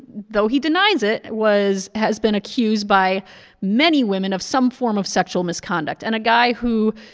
though he denies it, was has been accused by many women of some form of sexual misconduct and a guy who,